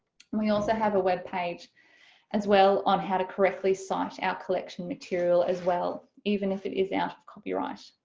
we also have a web page as well on how to correctly cite our collection material as well, even if it is and now copyright.